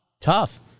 tough